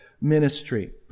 ministry